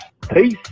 Peace